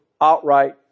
outright